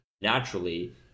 naturally